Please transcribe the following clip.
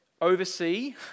oversee